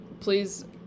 Please